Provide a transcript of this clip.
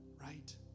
right